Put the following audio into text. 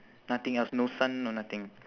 nothing else no sun no nothing